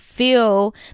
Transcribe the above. feel